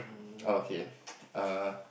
okay uh